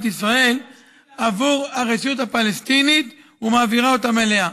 ישראל עבור הרשות הפלסטינית ומעבירה אותם אליה.